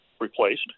replaced